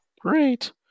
Great